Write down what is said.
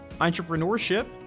entrepreneurship